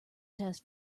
test